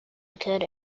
occurred